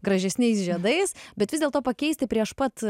gražesniais žiedais bet vis dėlto pakeisti prieš pat